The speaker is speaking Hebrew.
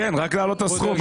רק להעלות את הסכום.